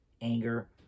anger